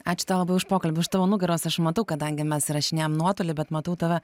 ačiū tau labai už pokalbį už tavo nugaros aš matau kadangi mes įrašinėjam nuotoliu bet matau tave